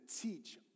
teach